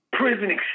prison